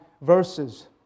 verses